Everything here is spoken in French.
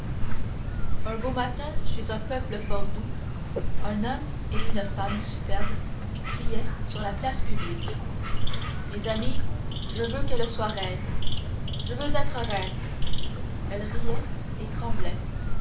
un beau matin chez un peuple fort doux un homme et une femme superbes criaient sur la place publique mes amis je veux qu'elle soit reine je veux être reine elle riait et tremblait